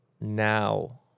now